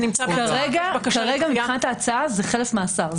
כרגע מבחינת ההצעה זה חלף מאסר,